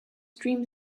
dreams